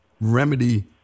remedy